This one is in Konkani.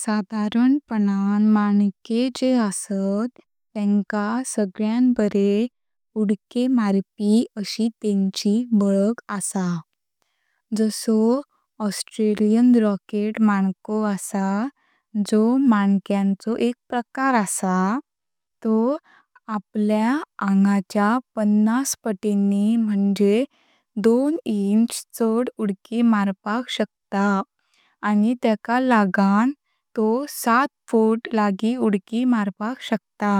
सदरणपणान माणके जे असत तेंका सगळ्यान बरे उदके मारपी अशी तेंची वलख असा। जासो ऑस्ट्रेलियन रॉकेट माणको असा जो माणक्यांचो एक प्रकार असा। तो आपल्या आंगाच्या पन्नास पतिनी म्हणजे दोन इंच चड उदकी मारपाक शक्ता आणि तेका लागण तो सात फुट लागी उदकी मारपाक शक्ता।